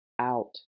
out